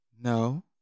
no